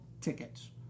tickets